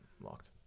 Locked